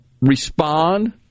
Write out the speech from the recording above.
respond